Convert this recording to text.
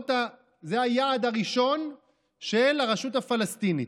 זה היעד הראשון של הרשות הפלסטינית.